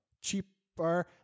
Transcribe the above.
Cheaper